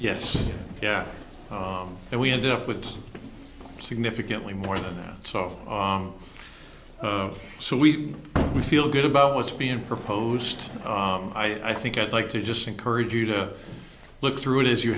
yes yeah and we ended up with significantly more than that so so we we feel good about what's being proposed i think i'd like to just encourage you to look through it as you